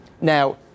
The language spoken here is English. Now